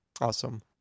Awesome